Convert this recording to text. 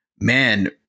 man